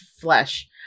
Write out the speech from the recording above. flesh